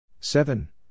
seven